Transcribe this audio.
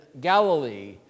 Galilee